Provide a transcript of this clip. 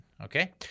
okay